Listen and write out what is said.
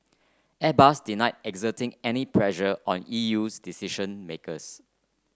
Airbus denied exerting any pressure on E U decision makers